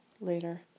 later